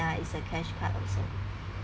uh it's a cashcard also